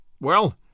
Well